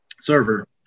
server